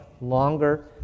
longer